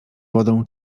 wodą